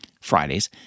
Fridays